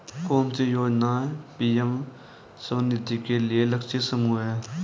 कौन सी योजना पी.एम स्वानिधि के लिए लक्षित समूह है?